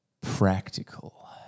practical